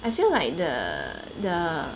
I feel like the the